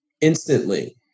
instantly